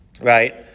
right